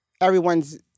everyone's